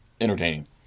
entertaining